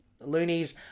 Loonies